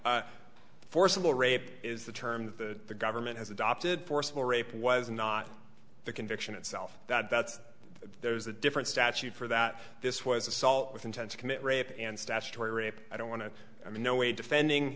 forcible rape is the term that the government has adopted forcible rape was not the conviction itself that's there's a different statute for that this was assault with intent to commit rape and statutory rape i don't want to i mean no way defending